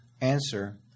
answer